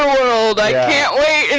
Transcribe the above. underworld! i can't wait,